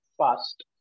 past